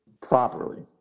properly